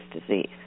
disease